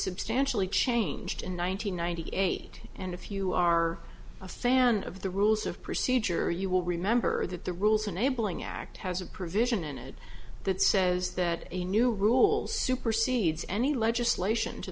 substantially changed in one nine hundred ninety eight and if you are a fan of the rules of procedure you will remember that the rules enabling act has a provision in it that says that a new rules supersedes any legislation to